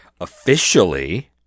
officially